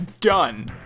Done